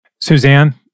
Suzanne